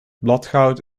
bladgoud